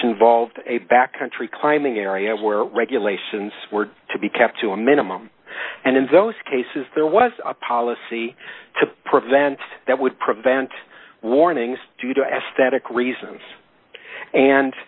involved a back country climbing area where regulations were to be kept to a minimum and in those cases there was a policy to prevent that would prevent warnings due to aesthetic reasons and